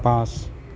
পাঁচ